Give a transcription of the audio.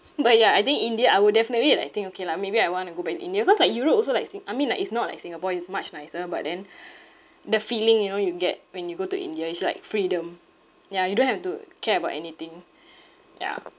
but ya I think india I will definitely like think okay lah maybe I want to go back to india cause like europe also like sing~ I mean like it's not like singapore it's much nicer but then the feeling you know you get when you go to india is like freedom ya you don't have to care about anything yeah